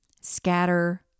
scatter